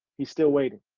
he's still waiting.